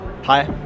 Hi